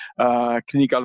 clinical